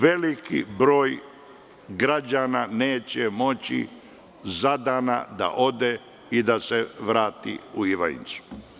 Veliki broj građana neće moći za dana da ode i da se vrati u Ivanjicu.